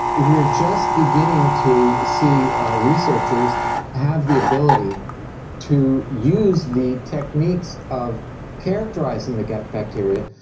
we are just beginning to see our researchers have the ability to use the techniques of characterising the gut bacteria,